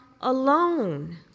alone